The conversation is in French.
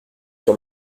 sur